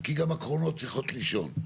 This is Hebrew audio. כי גם הקרונות צריכים לישון.